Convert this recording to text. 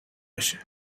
بشه